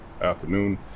afternoon